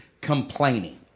complaining